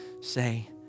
say